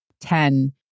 ten